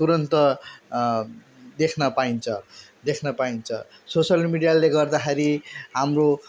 तुरुन्त देख्न पाइन्छ देख्न पाइन्छ सोसियल मिडियाले गर्दाखेरि हाम्रो